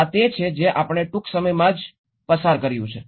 તેથી આ તે છે જે આપણે ટૂંક સમયમાં જ પસાર કર્યું છે